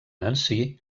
nancy